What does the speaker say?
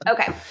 okay